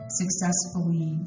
successfully